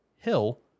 Hill